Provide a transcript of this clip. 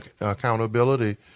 accountability